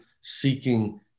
seeking